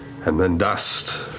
and then dust